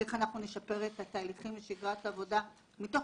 איך נשפר את התהליכים ושגרת עבודה מתוך